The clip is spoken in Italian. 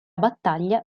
battaglia